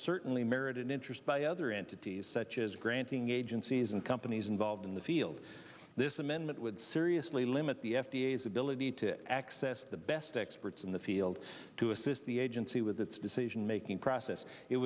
certainly merited interest by other entities such as granting agencies and companies involved in the field this amendment would seriously limit the f d a as ability to access the best experts in the field to assist the agency with its decision making process it